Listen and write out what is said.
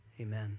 Amen